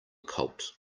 colt